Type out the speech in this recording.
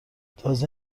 تازه